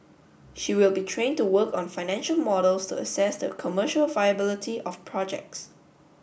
she will be trained to work on financial models to assess the commercial viability of projects